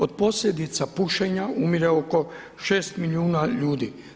Od posljedica pušenja umire oko 6 milijuna ljudi.